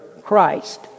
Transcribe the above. Christ